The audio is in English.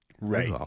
Right